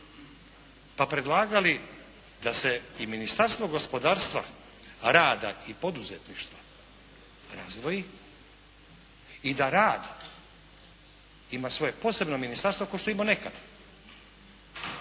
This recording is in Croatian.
pa predlagali da se i Ministarstvo gospodarstva, rada i poduzetništva razdvoji i da rad ima svoje posebno ministarstvo kao što je imalo nekad